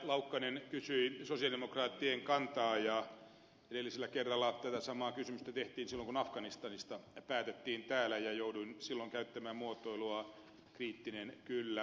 laukkanen kysyi sosialidemokraattien kantaa ja edellisellä kerralla tätä samaa kysymystä käsiteltiin silloin kun afganistanista päätettiin täällä ja jouduin silloin käyttämään muotoilua kriittinen kyllä